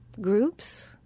groups